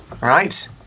right